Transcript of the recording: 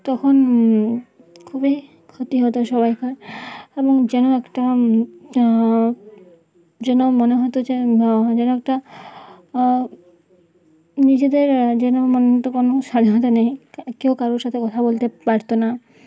তখন খুবই ক্ষতি হতো সবাইকার এবং যেন একটা যেন মনে হতো যে যেন একটা নিজেদের যেন মনে হতো কোনো স্বাধীনতা নেই কেউ কারোর সাথে কথা বলতে পারত না